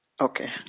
Okay